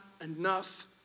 enough